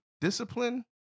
discipline